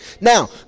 Now